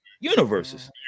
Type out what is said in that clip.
universes